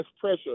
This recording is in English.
pressure